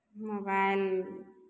mobile